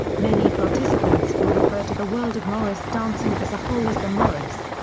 many participants will refer to the world of morris dancing as a whole as the morris.